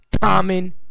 common